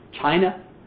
China